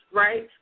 right